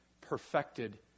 perfected